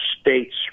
states